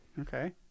okay